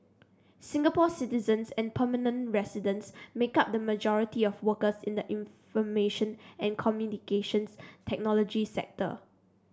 Singapore citizens and permanent residents make up the majority of workers in the information and Communications Technology sector